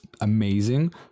amazing